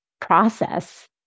process